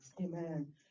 Amen